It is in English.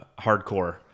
Hardcore